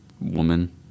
woman